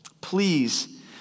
Please